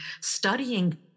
studying